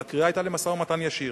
והקריאה היתה למשא-ומתן ישיר.